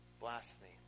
blasphemy